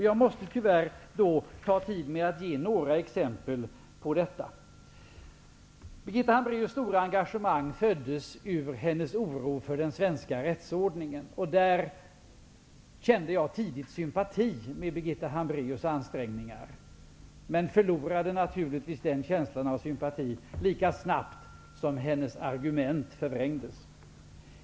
Jag måste tyvärr uppta tiden med att ge några exempel på detta. Birgitta Hambraeus stora engagemang föddes ur hennes oro för den svenska rättsordningen. Jag kände tidigt sympati med Birgitta Hambraeus ansträngningar, men jag förlorade naturligtvis den känslan av sympati lika snabbt som hennes argument förvrängdes.